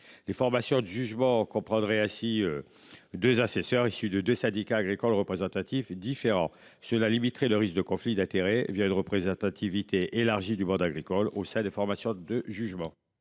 Les formations de jugement. Assis. 2 assesseurs issus de 2 syndicats agricoles représentatifs différents cela limiterait le risque de conflit d'intérêts via une représentativité élargie du monde agricole au sein des formations de jugement.